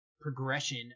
progression